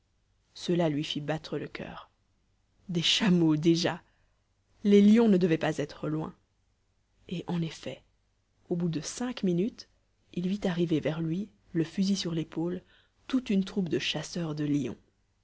cela lui fit battre le coeur des chameaux déjà les lions ne devaient pas être loin et en effet au bout de cinq minutes il vit arriver vers lui le fusil sur l'épaule toute une troupe de chasseurs de lions